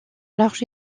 large